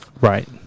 Right